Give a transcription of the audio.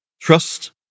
trust